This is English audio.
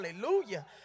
Hallelujah